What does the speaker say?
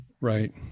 Right